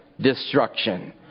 destruction